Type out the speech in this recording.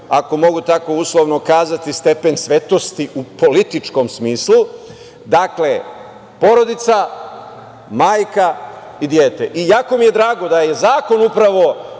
ako mogu tako uslovno kazati, stepen svetosti u političkom smislu. Dakle, porodica, majka i dete. Jako mi je drago da je zakon upravo